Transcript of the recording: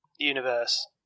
Universe